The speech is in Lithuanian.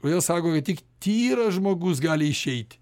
kodėl sako kad tik tyras žmogus gali išeiti